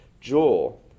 jewel